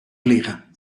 vliegen